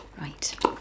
Right